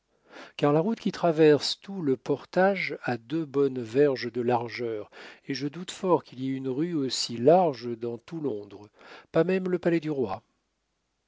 car la route qui traverse tout le portage a deux bonnes verges de largeur et je doute fort qu'il y ait une rue aussi large dans tout londres pas même le palais du roi